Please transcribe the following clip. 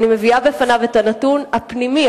אני מביאה בפניו את הנתון הפנימי,